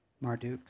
Marduk